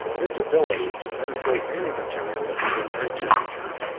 its ability to penetrate any material at ordinary temperatures,